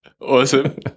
Awesome